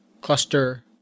cluster